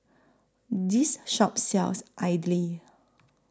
This Shop sells Idly